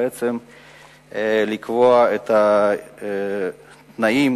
בעצם לקבוע את התנאים